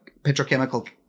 petrochemical